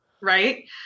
right